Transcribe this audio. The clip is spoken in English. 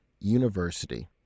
University